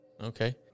Okay